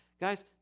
Guys